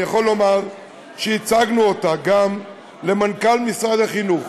אני יכול לומר שהצגנו אותה גם למנכ"ל משרד החינוך